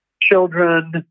children